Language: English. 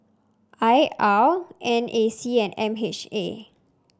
I R N A C and M H A